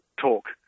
talk